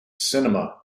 cinema